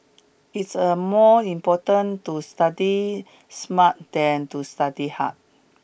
it's a more important to study smart than to study hard